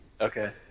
Okay